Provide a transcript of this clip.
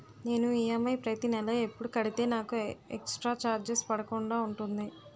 నేను ఈ.ఎం.ఐ ప్రతి నెల ఎపుడు కడితే నాకు ఎక్స్ స్త్ర చార్జెస్ పడకుండా ఉంటుంది?